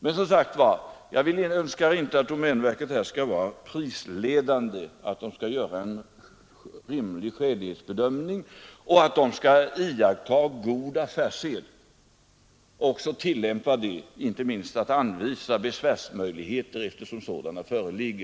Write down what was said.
Jag önskar som sagt inte att domänverket skall vara prisledande utan verket skall göra en skälighetsbedömning och iaktta god affärssed. Domänverket bör härvid anvisa de besvärsmöjligheter som kan föreligga.